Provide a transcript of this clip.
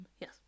yes